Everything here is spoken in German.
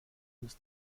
muss